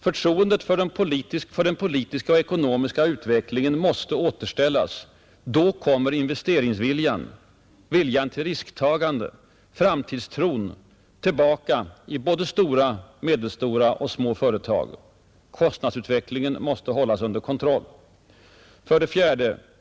Förtroendet för den politiska och ekonomiska utvecklingen måste återställas. Då kommer investeringsviljan, viljan till risktagande och framtidstron tillbaka i både stora, medelstora och små företag. Kostnadsutvecklingen måste hållas under kontroll. 4.